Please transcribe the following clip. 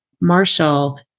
Marshall